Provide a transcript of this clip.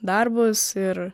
darbus ir